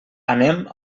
anem